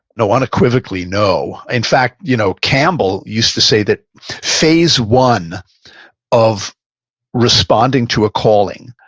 no, unequivocally, no. in fact, you know campbell used to say that phase one of responding to a calling